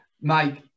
mike